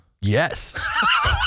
Yes